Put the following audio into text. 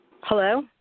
Hello